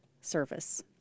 service